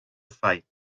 fight